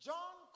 John